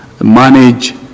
manage